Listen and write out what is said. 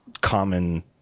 common